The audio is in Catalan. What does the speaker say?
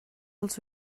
els